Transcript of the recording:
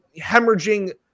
hemorrhaging